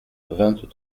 vingt